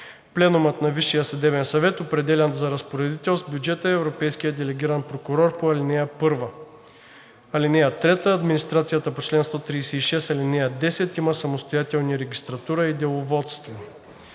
Пленумът на Висшия съдебен съвет определя за разпоредител с бюджета европейския делегиран прокурор по ал. 1. (3) Администрацията по чл. 136, ал. 10 има самостоятелни регистратура и деловодство.“